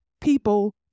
people